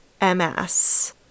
MS